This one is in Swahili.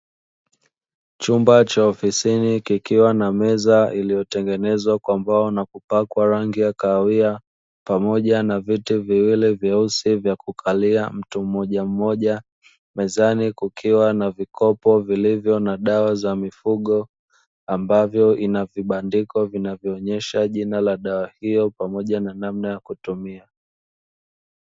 Chumba cha ofisini kikiwa na meza iliyotengenezwa kwa mbao na kupakwa rangi ya kahawia pamoja na viti viwili vyeusi vya kukalia mtu mmojammoja, mezani kukiwa na vikopo vilivyo na dawa za mifugo ambavyo inavibandiko vinavyoonyesha jina la dawa hiyo pamoja na namna ya kutumia .